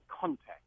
context